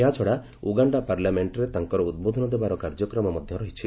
ଏହାଛଡ଼ା ଉଗାଣ୍ଡା ପାର୍ଲାମେଣ୍ଟରେ ତାଙ୍କର ଉଦ୍ବୋଧନ ଦେବାର କାର୍ଯ୍ୟକ୍ରମ ରହିଛି